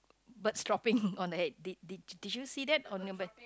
birds dropping on the head did did did you see that on your bird